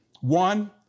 One